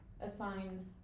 assign